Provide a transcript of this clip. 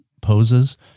poses